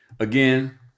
Again